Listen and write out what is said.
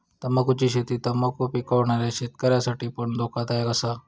तंबाखुची शेती तंबाखु पिकवणाऱ्या शेतकऱ्यांसाठी पण धोकादायक असा